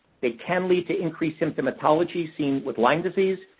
they can lead to increased symptomatology seen with lyme disease.